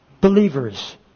believers